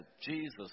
Jesus